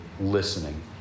listening